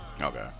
Okay